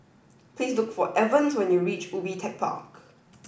please look for Evans when you reach Ubi Tech Park